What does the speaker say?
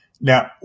Now